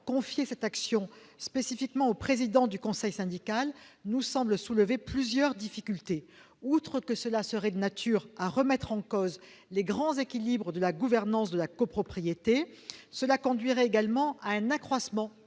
confier cette action spécifiquement au président du conseil syndical nous semble soulever plusieurs difficultés. Outre qu'une telle disposition serait de nature à remettre en cause les grands équilibres de la gouvernance des copropriétés, elle conduirait également à accroître